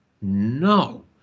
No